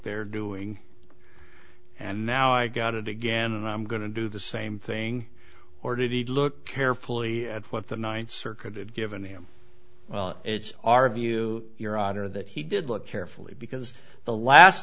they're doing and now i got it again and i'm going to do the same thing or did he look carefully at what the ninth circuit had given him well it's our view your honor that he did look carefully because the last